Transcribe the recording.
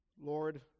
Lord